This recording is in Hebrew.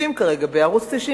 הצופים כרגע בערוץ-99,